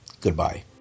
goodbye